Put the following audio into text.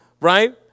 Right